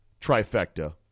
trifecta